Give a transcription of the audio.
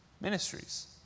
ministries